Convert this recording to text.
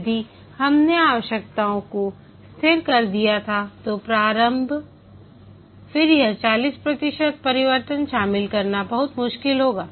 यदि हमने आवश्यकताओं को स्थिर कर दिया था तो प्रारंभ फिर यह 40 प्रतिशत परिवर्तन शामिल करना बहुत मुश्किल होगा